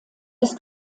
ist